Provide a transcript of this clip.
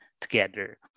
together